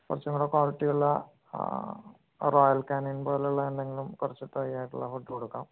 കുറച്ചു കൂടെ ക്വാളിറ്റി ഉള്ള ആ റോയൽ കാനിൻ പോലെയുള്ള എന്തെങ്കിലും കുറച്ചു ഡ്രൈ ആയിട്ടുള്ള ഫുഡ് കൊടുക്കാം